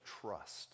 trust